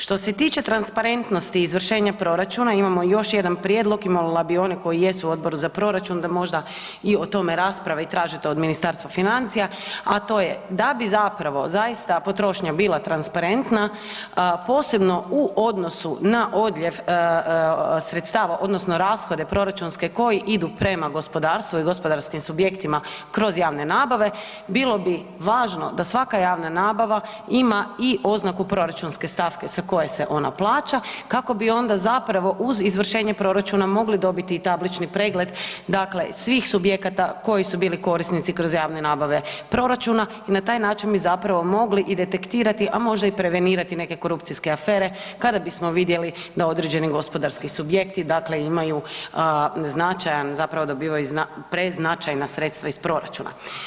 Što se tiče transparentnosti izvršenja proračuna, imamo još jedan prijedlog i molila bi one koji jesu u Odboru za proračun da možda i o tome rasprave i tražite od Ministarstva financija, a to je da bi zapravo zaista potrošnja bila transparentna, posebno u odnosu na odljev sredstava odnosno rashode proračunske koji idu prema gospodarstvu i gospodarskim subjektima kroz javne nabave, bilo bi važno da svaka javna nabava ima i oznaku proračunske stavke sa koje se ona plaća kako bi onda zapravo uz izvršenje proračuna mogli dobiti i tablični pregled, dakle svih subjekata koji su bili korisnici kroz javne nabave proračuna i na taj način bi zapravo mogli i detektirati, a možda i prevenirati neke korupcijske afere kada bismo vidjeli da određeni gospodarski subjekti, dakle imaju značajan, zapravo dobivaju preznačajna sredstva iz proračuna.